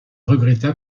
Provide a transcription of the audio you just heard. regretta